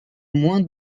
moins